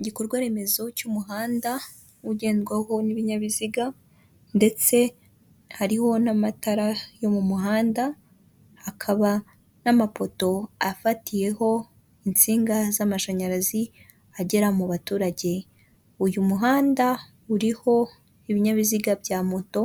Igikorwa remezo cy'umuhanda ugendwaho n'ibinyabiziga ndetse hariho n'amatara yo mu muhanda hakaba n'amapoto afatiyeho insinga z'amashanyarazi agera mu baturage, uyu muhanda uriho ibinyabiziga bya moto